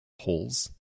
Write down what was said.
Holes